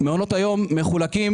מעונות היום מחולקים